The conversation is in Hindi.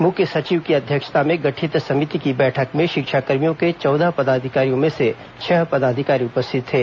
मुख्य सचिव की अध्यक्षता में गठित समिति की बैठक में शिक्षाकर्मियों के चौदह पदाधिकारी में से छह पदाधिकारी उपस्थित थे